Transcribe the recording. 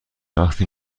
وقتی